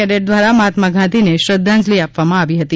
cadet દ્વારા મહાત્મા ગાંધીને શ્રદ્ધાંજલિ અર્પવામાં આવી હતી